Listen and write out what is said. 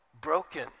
broken